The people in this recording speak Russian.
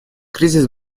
кризис